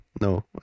No